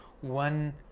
one